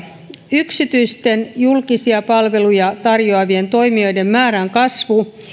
yksityisten julkisia palveluja tarjoavien toimijoiden määrän kasvu